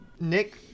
Nick